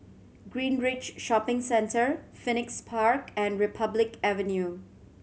Greenridge Shopping Centre Phoenix Park and Republic Avenue